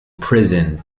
prison